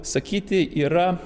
sakyti yra